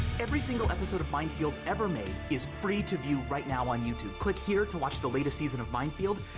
every single episode of mind field ever made is free to view right now on youtube. click here to watch the latest season of mind field,